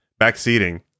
backseating